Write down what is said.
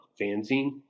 fanzine